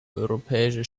europäische